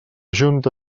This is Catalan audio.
junta